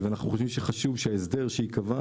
אנחנו חושבים שחשוב שההסדר שייקבע,